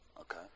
Okay